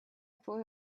put